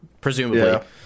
presumably